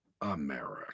America